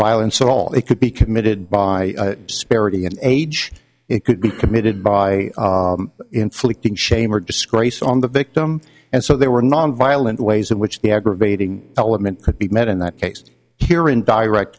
violence so all they could be committed by spirity an age it could be committed by inflicting shame or discretion on the victim and so they were nonviolent ways in which the aggravating element could be met in that case here in direct